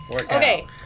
Okay